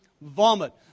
vomit